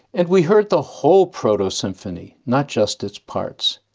and we heard the whole proto-symphony, not just its parts.